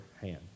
hand